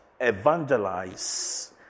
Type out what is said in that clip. evangelize